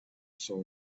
saw